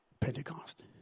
Pentecost